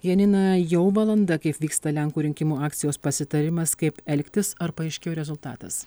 janina jau valanda kaip vyksta lenkų rinkimų akcijos pasitarimas kaip elgtis ar paaiškėjo rezultatas